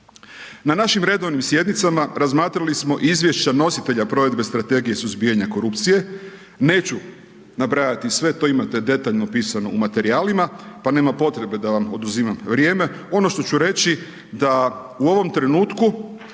Na našim redovnim sjednicama, razmatrali smo izvješća nositelja provedbe strategije suzbijanja korupcije. Neću nabrajati sve, to imate detaljno napisano u materijalima pa nema potrebe da vam oduzimam vrijeme. Ono što ću reći da, u ovom trenutku,